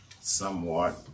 somewhat